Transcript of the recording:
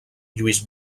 lluís